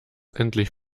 endlich